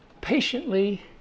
patiently